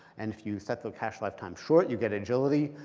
and if you set the cache lifetime short, you get agility.